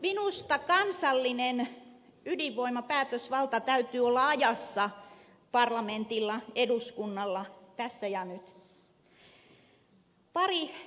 minusta kansallinen ydinvoimapäätösvalta täytyy olla ajassa parlamentilla eduskunnalla tässä ja nyt